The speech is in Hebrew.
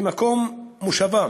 במקום מושבם,